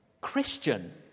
Christian